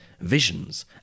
visions